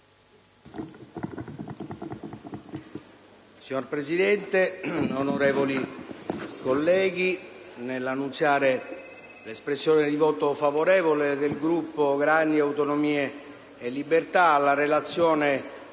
Signor Presidente, onorevoli colleghi, nell'annunziare il voto favorevole del Gruppo Grandi Autonomie e Libertà alla Relazione